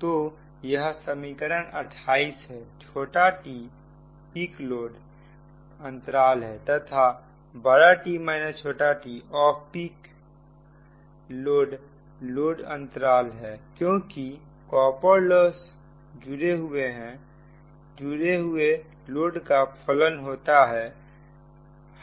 तो यह समीकरण 28 है छोटा t पिक लोड अंतराल है तथा T t off peak load load अंतराल हैक्योंकि कॉपर लॉस जुड़े हुए लोड का फलन होता है